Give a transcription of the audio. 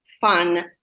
fun